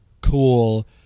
Cool